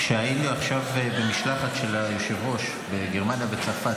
שהיינו עכשיו במשלחת של היושב-ראש בגרמניה וצרפת,